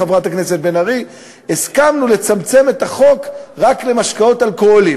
חברת הכנסת בן ארי רק למשקאות אלכוהוליים,